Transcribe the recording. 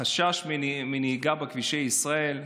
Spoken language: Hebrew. חשש מנהיגה בכבישי ישראל,